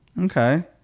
okay